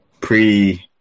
pre